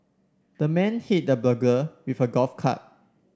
the man hit the burglar with a golf club